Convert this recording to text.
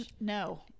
No